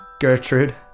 Gertrude